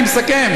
אני מסכם.